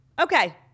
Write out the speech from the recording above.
okay